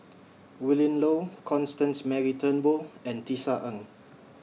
Willin Low Constance Mary Turnbull and Tisa Ng